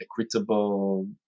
equitable